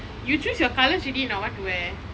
you choose your colours already not what to wear